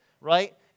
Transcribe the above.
right